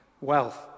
wealth